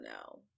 no